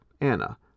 Anna